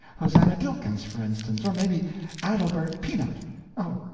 hosannah dilkins, for instance! or maybe adelbert peanut oh,